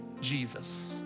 Jesus